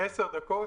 10 דקות,